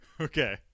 Okay